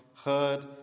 heard